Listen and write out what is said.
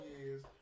years